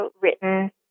written